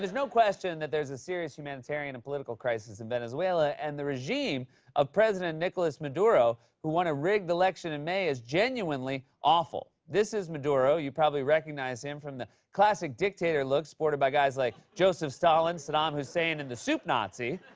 no question that there's a serious humanitarian and political crisis in venezuela, and the regime of president nicolas maduro, who won a rigged election in may, is genuinely awful. this is maduro. you probably recognize him from the classic dictator look sported by guys like joseph stalin, saddam hussein, and the soup nazi.